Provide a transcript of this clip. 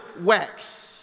wax